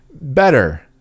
better